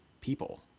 people